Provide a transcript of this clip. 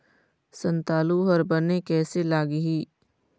संतालु हर बने कैसे लागिही?